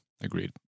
Agreed